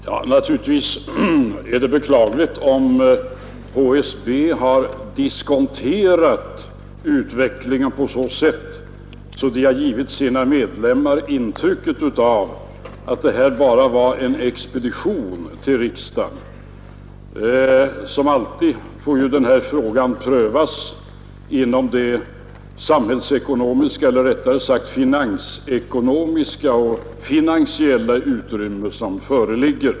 Herr talman! Naturligtvis är det beklagligt om HSB har diskonterat utvecklingen på så sätt att man har givit sina medlemmar intrycket av att det bara var fråga om en expedition av riksdagen. Som alltid måste ett sådant här förslag prövas inom det samhällsekonomiska eller rättare sagt statsfinansiella utrymme som föreligger.